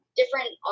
different